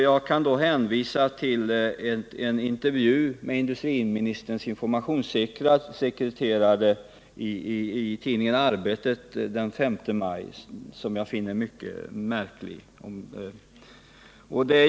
Jag kan då hänvisa till en intervju — med industriministerns informationssekreterare i tidningen Arbetet — som jag finner mycket märklig.